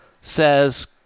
says